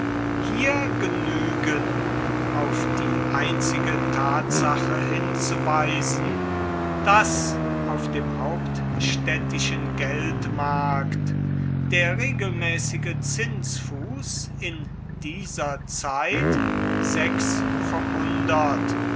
hier genügen auf die einzige tatsache hinzuweisen daß auf dem hauptstädtischen geldmarkt der regelmäßige zinsfuß in dieser zeit sechs vom hundert